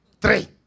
Three